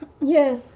Yes